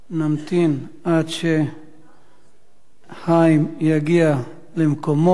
נמתין עד שחיים יגיע למקומו.